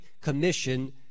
commission